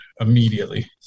immediately